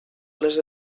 les